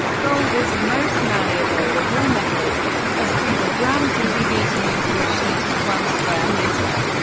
gold is the most malleable of all metals a single gram can be beaten into a sheet of one square meter,